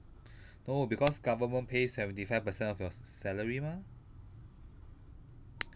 no because government pay seventy five percent of your s~ salary mah